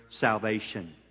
salvation